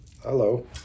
Hello